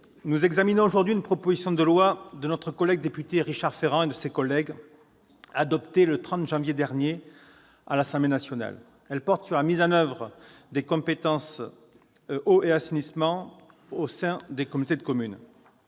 nous examinons aujourd'hui une proposition de loi de notre collègue député Richard Ferrand et plusieurs de ses collègues, adoptée le 30 janvier dernier par l'Assemblée nationale, qui porte sur « la mise en oeuvre du transfert des compétences eau et assainissement aux communautés de communes